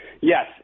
Yes